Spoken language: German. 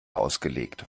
ausgelegt